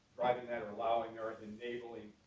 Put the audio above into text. writing that or allowing or enabling.